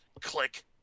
click